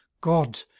god